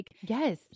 yes